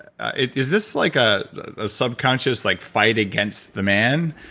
is this like a ah subconscious like fight against the man,